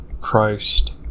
christ